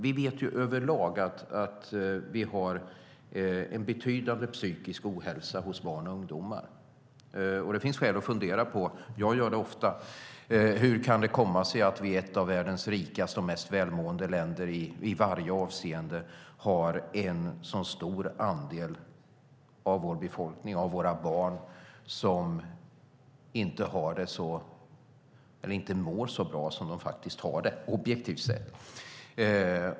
Vi vet att det råder en betydande psykisk ohälsa hos barn och ungdomar. Det finns skäl att fundera över hur det kan komma sig att det i vårt land, som är ett av världens rikaste och mest välmående i varje avseende, är en så stor andel av barnen som inte mår så bra som de har det objektivt sett.